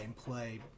gameplay